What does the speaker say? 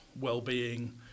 well-being